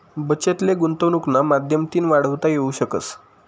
बचत ले गुंतवनुकना माध्यमतीन वाढवता येवू शकस